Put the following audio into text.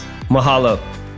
mahalo